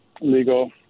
Legal